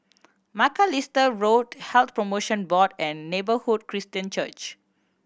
Macalister Road Health Promotion Board and Neighbourhood Christian Church